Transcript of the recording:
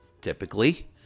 typically